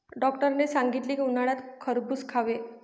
डॉक्टरांनी सांगितले की, उन्हाळ्यात खरबूज खावे